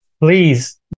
please